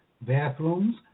bathrooms